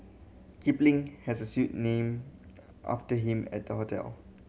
kipling has a suite named after him at the hotel